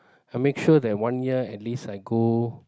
I make sure that one year at least I go